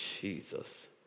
Jesus